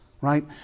right